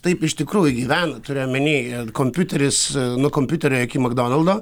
taip iš tikrųjų gyvena turiu omeny kompiuteris nuo kompiuterio iki makdonaldo